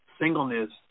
singleness